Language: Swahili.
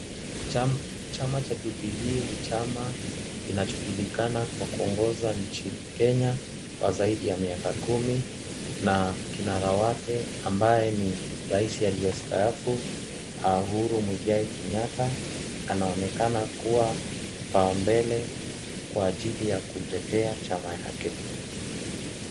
Chama cha Jubilee ni chama kinachojulikana kwa kuongoza nchini Kenya kwa zaidi ya miaka kumi na kinara wake ni rais aliyestaafu Uhuru Muigai Kenyatta. Anaonekana kuwa kipaumbele kwa ajili ya kutetea chama yake.